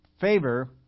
Favor